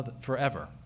forever